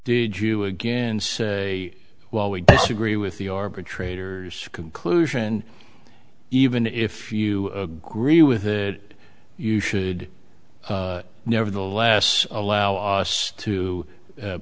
did you again say well we disagree with the arbitrator conclusion even if you agree with it you should nevertheless allow us to